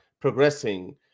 progressing